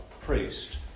priest